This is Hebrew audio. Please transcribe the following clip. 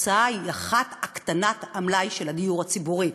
התוצאה היא אחת: הקטנת המלאי של הדיור הציבורי.